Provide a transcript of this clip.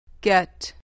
Get